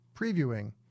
previewing